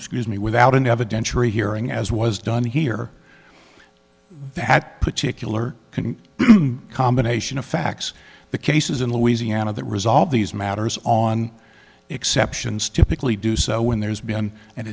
scuse me without an evidentiary hearing as was done here that particular combination of facts the cases in louisiana that resolve these matters on exceptions typically do so when there's been an